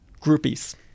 groupies